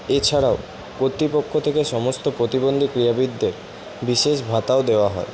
এছাড়াও কর্তৃপক্ষ থেকে সমস্ত প্রতিবন্ধী ক্রীড়াবিদদের বিশেষ ভাতাও দেওয়া হয়